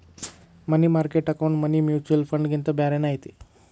ಮನಿ market account money mutual ಫಂಡ್ಗಿಂತ ಬ್ಯಾರೇನ ಐತಿ